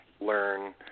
learn